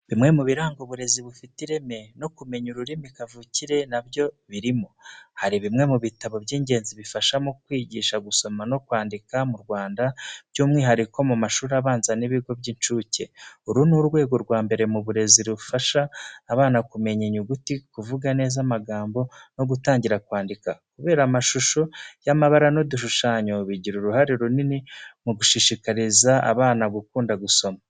Bimwe mu biranga uburezi bufite ireme, no kumenya ururimi kavukire nabyo birimo. Hari bimwe mu bitabo by’ingenzi bifasha mu kwigisha gusoma no kwandika mu Rwanda, by'umwihariko mu mashuri abanza n’ibigo by’incuke. Uru ni urwego rwa mbere mu burezi, rufasha abana kumenya inyuguti, kuvuga neza amagambo no gutangira kwandika. Kubera amashusho y’amabara n’udushushanyo, bigira uruhare runini mu gushishikariza abana gukunda gusoma.